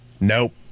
Nope